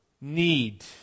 need